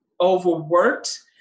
overworked